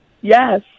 Yes